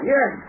Yes